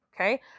Okay